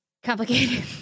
complicated